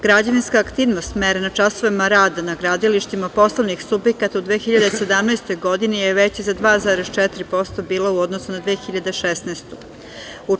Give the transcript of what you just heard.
Građevinska aktivnost, merena časovima rada na gradilištima poslovnih subjekata u 2017. godini je veća za 2,4% bila u odnosu na 2016. godinu.